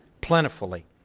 plentifully